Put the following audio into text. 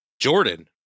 Jordan